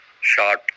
shot